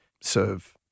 serve